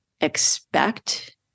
expect